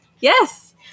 Yes